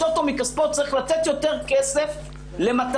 הטוטו מכספו צריך לתת יותר כסף למטרות